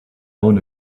own